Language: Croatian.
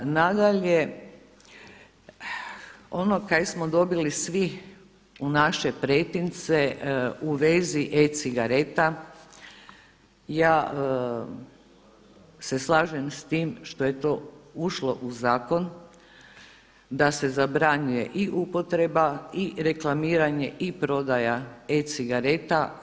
Nadalje, ono kaj smo dobili svi u naše pretince u vezi e-cigareta ja se slažem sa time što je to ušlo u zakon da se zabranjuje i upotreba i reklamiranje i prodaja e-cigareta.